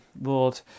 lord